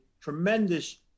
tremendous